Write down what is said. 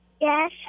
Yes